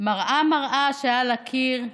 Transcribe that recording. "מראה מראה שעל הקיר,